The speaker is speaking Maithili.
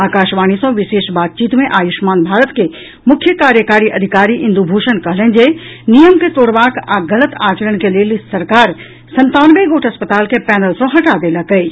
आकाशवाणी सॅ विशेष बातचीत मे आयुष्मान भारत के मुख्य कार्यकारी अधिकारी इंदूभूषण कहलनि जे नियम के तोड़बाक आ गलत आचरण के लेल सरकार संतानवे गोट अस्पताल के पैनल सॅ हटा देलक अछि